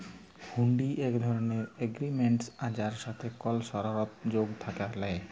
হুঁড়ি এক ধরলের এগরিমেনট যার সাথে কল সরতর্ যোগ থ্যাকে ল্যায়